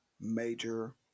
major